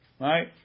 right